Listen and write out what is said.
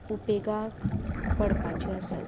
उपेगाक पडपाच्यो आसात